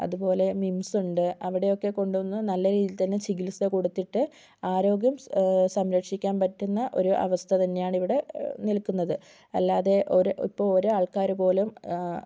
അതുപോലെ മിംസ് ഉണ്ട് അവിടെ ഒക്കെ കൊണ്ട് വന്ന് നല്ല രീതിയിൽ ചികിത്സ കൊടുത്തിട്ട് ആരോഗ്യം സംരക്ഷിക്കാൻ പറ്റുന്ന അവസ്ഥ തന്നെയാണ് ഇവിടെ നിൽക്കുന്നത് അല്ലാതെ ഒരു ഇപ്പോൾ ഒരാൾക്കാർ പോലും